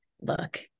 look